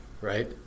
right